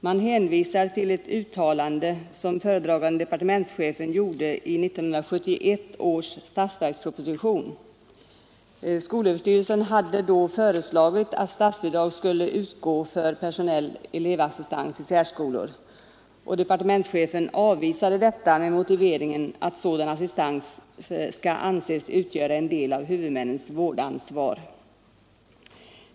Man hänvisar till ett uttalande som föredragande departementschefen gjorde i 1971 års statsverksproposition. Skolöverstyrelsen hade då föreslagit att statsbidrag skulle utgå för personell elevassistans i särskolor, och departementschefen avvisade detta med motiveringen att sådan assistans skall anses utgöra en del av huvudmännens vårdansvar.